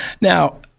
now